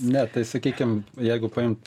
ne tai sakykim jeigu paimt